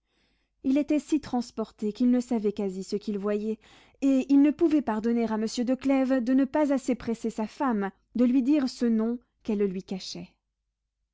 il était si transporté qu'il ne savait quasi ce qu'il voyait et il ne pouvait pardonner à monsieur de clèves de ne pas assez presser sa femme de lui dire ce nom qu'elle lui cachait